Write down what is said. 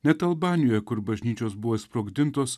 net albanijoje kur bažnyčios buvo išsprogdintos